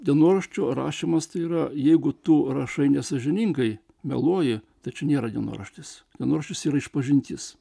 dienoraščio rašymas tai yra jeigu tu rašai nesąžiningai meluoji tai čia nėra dienoraštis dienoraštis išpažintis